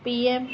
P M